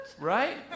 Right